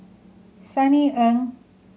Sunny Ang